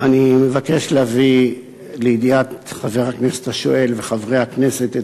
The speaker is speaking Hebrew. אני מבקש להביא לידיעת חבר הכנסת השואל וחברי הכנסת את